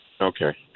Okay